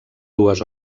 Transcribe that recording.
dues